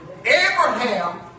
Abraham